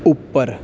ਉੱਪਰ